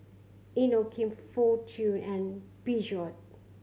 Inokim Fortune and Peugeot